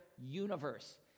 universe